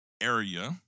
area